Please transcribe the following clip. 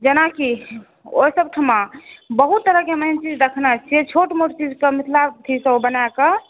जेनाकि ओहि सभठमा बहुत तरहके हम एहन चीज देखने छी छोट मोट चीजके मिथिला पेन्टिंगसँ ओ बनाकऽ